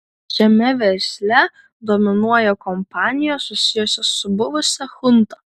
šiame versle dominuoja kompanijos susijusios su buvusia chunta